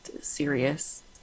serious